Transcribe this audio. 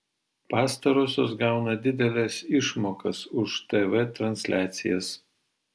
pastarosios gauna dideles išmokas už tv transliacijas